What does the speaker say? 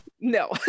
No